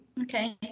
okay